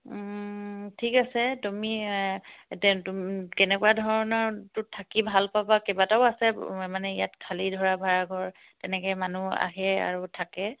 ঠিক আছে তুমি কেনেকুৱা ধৰণৰটোত থাকি ভাল পাবা কেইবাটাও আছে মানে ইয়াত খালি ধৰা ভাড়াঘৰ তেনেকে মানুহ আহে আৰু থাকে